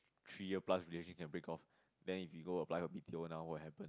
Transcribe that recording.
three year plus relationship can break off then if we go apply for B_T_O now what happen